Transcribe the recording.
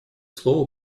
слово